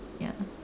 ya